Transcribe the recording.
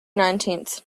nineteenth